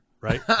Right